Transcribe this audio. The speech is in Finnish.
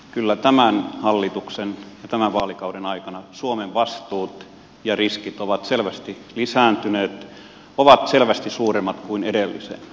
kyllä tämän hallituksen ja tämän vaalikauden aikana suomen vastuut ja riskit ovat selvästi lisääntyneet ovat selvästi suuremmat kuin edellisen